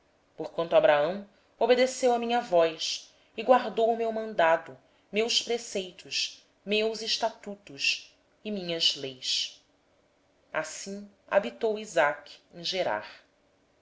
porquanto abraão obedeceu à minha voz e guardou o meu mandado os meus preceitos os meus estatutos e as minhas leis assim habitou isaque em gerar